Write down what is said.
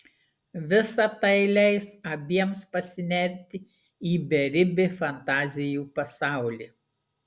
visa tai leis abiems pasinerti į beribį fantazijų pasaulį